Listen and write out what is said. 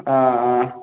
ஆ ஆ